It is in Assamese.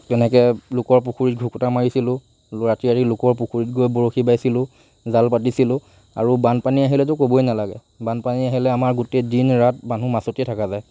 কেনেকে লোকৰ পুখুৰীত ঘুকুটা মাৰিছিলোঁ ৰাতি ৰাতি লোকৰ পুখুৰীত গৈ বৰশী বাইছিলোঁ জাল পাতিছিলোঁ আৰু বানপানী আহিলেতো ক'বই নালাগে বানপানী আহিলে আমাৰ গোটেই দিন ৰাত মানুহ মাছতেই থকা যায়